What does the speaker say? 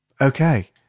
Okay